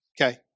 Okay